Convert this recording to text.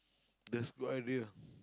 that's good idea